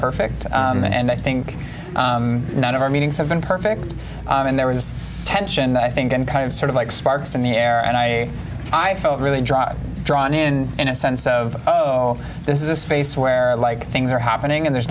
perfect and i think none of our meetings have been perfect and there was tension i think i'm kind of sort of like sparks in the air and i i felt really drive drawn in in a sense of oh this is a space where i like things are happening and there's